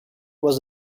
was